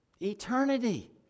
Eternity